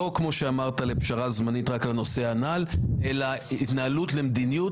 לא כמו שאמרת פשרה זמנית רק לנושא הנ"ל אלא התנהלות למדיניות